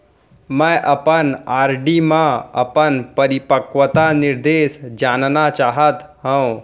मै अपन आर.डी मा अपन परिपक्वता निर्देश जानना चाहात हव